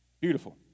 Beautiful